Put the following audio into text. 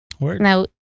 Now